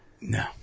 No